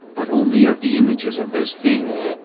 but only of the images of those things.